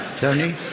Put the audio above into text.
Tony